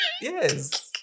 Yes